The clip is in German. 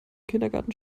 kindergarten